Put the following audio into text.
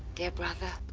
dear brother.